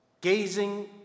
gazing